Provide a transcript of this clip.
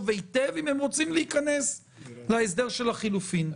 היטב אם הם רוצים להיכנס להסדר של החילופים.